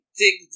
dig